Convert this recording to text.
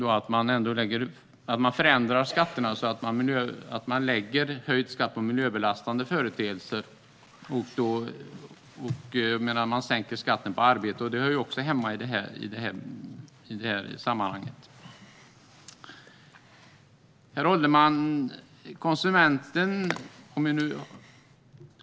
Det innebär att man höjer skatten på miljöbelastande företeelser medan man sänker skatten på arbete, vilket också hör hemma i det här sammanhanget. Herr ålderspresident!